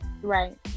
Right